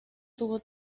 tuvo